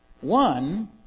One